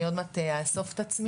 אני עוד מעט אאסוף את עצמי.